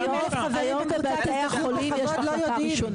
היום בבתי החולים יש מחלקה ראשונה.